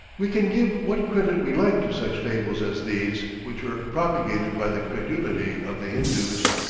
we can give what credit we like to such fables as these, which were propagated by the credulity of the hindoos.